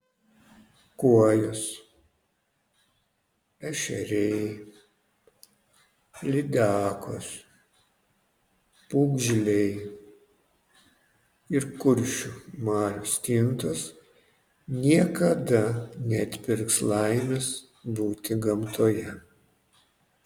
kuojos ešeriai lydekos pūgžliai ir kuršių marių stintos niekada neatpirks laimės būti gamtoje